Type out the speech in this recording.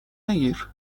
نگیر